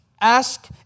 ask